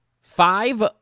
Five